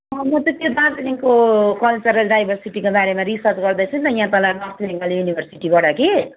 अँ म चाहिँ त्यो दार्जिलिङको कल्चरल डाइभर्सिटीको बारेमा रिसर्च गर्दैछु नि त यहाँ तल नर्थ बङ्गाल युनिभर्सिटीबाट कि